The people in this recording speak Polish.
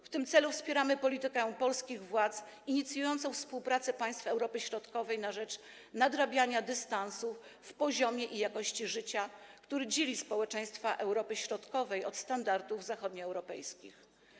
W tym celu wspieramy politykę polskich władz inicjującą współpracę państw Europy Środkowej na rzecz nadrabiania dystansu w poziomie i jakości życia, który dzieli społeczeństwa Europy Środkowej od standardów zachodnioeuropejskich.